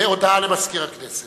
הודעה למזכיר הכנסת.